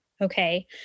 okay